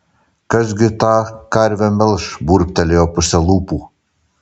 kas gi tą karvę melš burbtelėjo puse lūpų